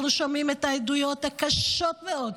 אנחנו שומעים את העדויות הקשות מאוד.